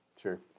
Sure